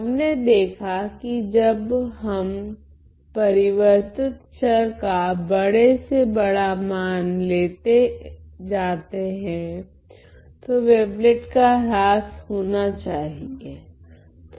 हमने देखा कि जब हम परिवर्तित चर का बड़े से बड़ा मान लेते जाते है तो वेवलेट का ह्रास होना चाहिर